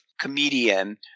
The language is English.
comedian